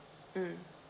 mm